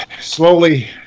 slowly